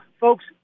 folks